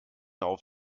auf